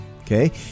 okay